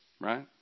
right